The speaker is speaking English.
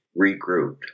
regrouped